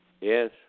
Yes